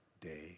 day